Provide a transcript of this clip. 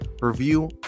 review